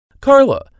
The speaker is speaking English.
Carla